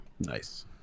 nice